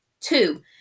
Two